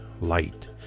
light